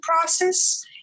process